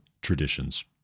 Traditions